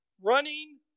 Running